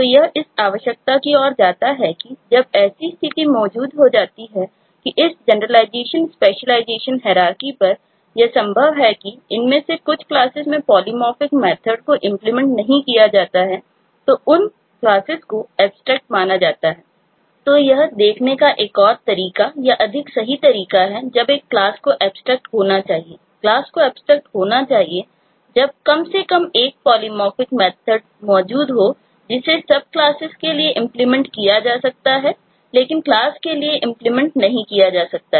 तो यह इस आवश्यकता की ओर जाता है कि जब ऐसी स्थिति मौजूद हो सकती है कि इस जनरलाइजेशन स्पेशलाइजेशन हैरारकीमौजूद हो जिसे सब क्लासेस पर लिए इंप्लीमेंट किया जा सकता है लेकिन क्लास के लिए इंप्लीमेंट नहीं किया जा सकता है